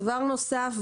דבר נוסף,